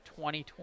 2020